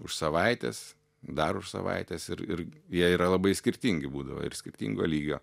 už savaitės dar už savaitės ir ir jie yra labai skirtingi būdavo ir skirtingo lygio